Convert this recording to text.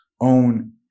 own